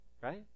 Right